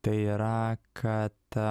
tai yra kad